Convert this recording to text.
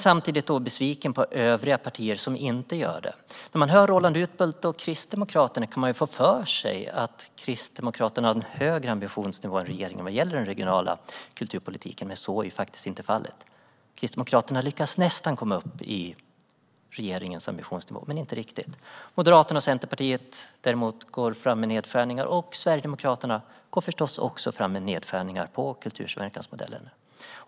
Samtidigt är jag besviken på övriga partier som inte gör det. När man hör Roland Utbult och Kristdemokraterna kan man få för sig att Kristdemokraterna har en högre ambitionsnivå än regeringen vad gäller den regionala kulturpolitiken, men så är faktiskt inte fallet. Kristdemokraterna lyckas nästan komma upp i regeringens ambitionsnivå men inte riktigt. Moderaterna och Centerpartiet går däremot fram med nedskärningar, och Sverigedemokraterna går förstås också fram med nedskärningar på kultursamverkansmodellen.